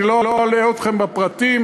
אני לא אלאה אתכם בפרטים.